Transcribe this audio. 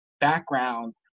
background